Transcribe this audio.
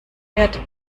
wird